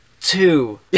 two